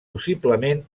possiblement